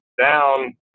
down